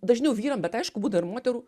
dažniau vyram bet aišku būna ir moterų